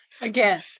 Again